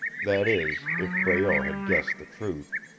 that is, if breault had guessed the truth,